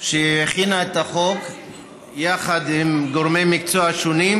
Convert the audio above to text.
שהכינה את החוק יחד עם גורמי מקצוע שונים,